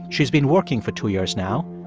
she's been working for two years now.